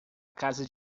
casa